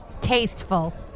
Tasteful